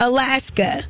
Alaska